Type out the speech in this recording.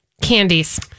candies